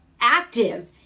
active